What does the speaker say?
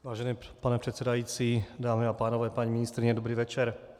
Vážený pane předsedající, dámy a pánové, paní ministryně, dobrý večer.